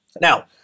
Now